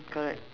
correct